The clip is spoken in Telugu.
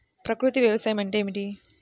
ప్రకృతి వ్యవసాయం అంటే ఏమిటి?